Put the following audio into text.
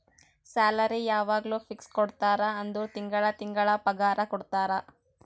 salary ಯವಾಗ್ನೂ fix ಕೊಡ್ತಾರ ಅಂದುರ್ ತಿಂಗಳಾ ತಿಂಗಳಾ ಪಗಾರ ಕೊಡ್ತಾರ